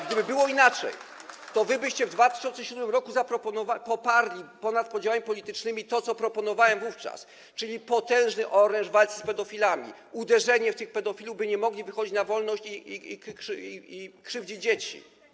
Gdyby było inaczej, to wy byście w 2007 r. zaproponowali, poparli ponad podziałami politycznymi to, co proponowałem wówczas, czyli potężny oręż w walce z pedofilami, uderzenie w tych pedofilów, by nie mogli wychodzić na wolność i krzywdzić dzieci.